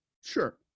sure